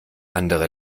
andere